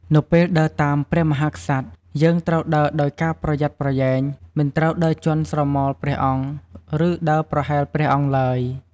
នៅពេលដើរតាមព្រះមហាក្សត្រ យើងត្រូវដើរដោយការប្រយ័ត្នប្រយែង មិនត្រូវដើរជាន់ស្រមោលព្រះអង្គ ឬដើរប្រហែលព្រះអង្គឡើយ។